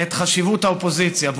את חשיבות האופוזיציה,